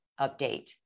update